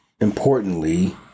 importantly